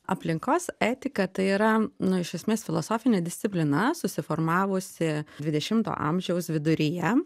aplinkos etika tai yra nu iš esmės filosofinė disciplina susiformavusi dvidešimto amžiaus viduryje